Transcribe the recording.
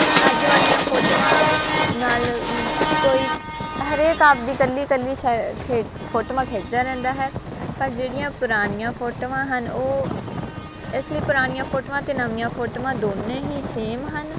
ਅੱਜ ਵਾਲੀਆਂ ਫੋਟੋਆਂ ਨਾਲ ਕੋਈ ਹਰੇਕ ਆਪਦੀ ਕੱਲੀ ਕੱਲੀ ਖਿ ਫੋਟੋਆਂ ਖਿੱਚਦਾ ਰਹਿੰਦਾ ਹੈ ਪਰ ਜਿਹੜੀਆਂ ਪੁਰਾਣੀਆਂ ਫੋਟੋਆਂ ਹਨ ਉਹ ਇਸ ਲਈ ਪੁਰਾਣੀਆਂ ਫੋਟੋਆਂ ਅਤੇ ਨਵੀਆਂ ਫੋਟੋਆਂ ਦੋਨੋ ਹੀ ਸੇਮ ਹਨ